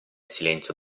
silenzio